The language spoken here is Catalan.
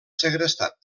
segrestat